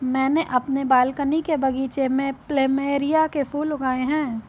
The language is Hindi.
मैंने अपने बालकनी के बगीचे में प्लमेरिया के फूल लगाए हैं